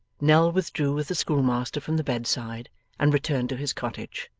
nell withdrew with the schoolmaster from the bedside and returned to his cottage.